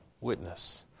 witness